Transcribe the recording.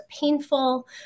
painful